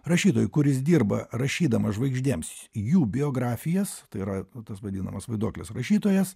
rašytojui kuris dirba rašydamas žvaigždėms jų biografijas tai yra tas vadinamas vaiduoklis rašytojas